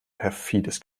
perfides